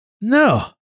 No